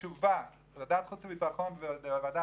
למקלט בטווח של 7-4. הם חייבים להיות